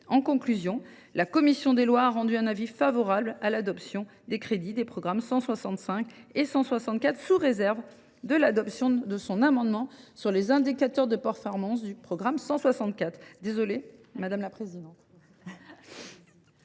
En conclusion, la commission des lois est favorable à l’adoption des crédits des programmes 165 et 164, sous réserve de l’adoption de son amendement sur les indicateurs de performance du programme 164.